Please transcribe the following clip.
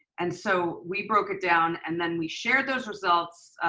and so we broke it down. and then we shared those results.